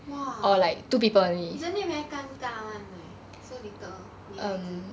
!wah! isn't it very 尴尬 [one] leh so little 女孩子